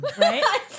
right